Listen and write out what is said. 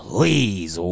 Please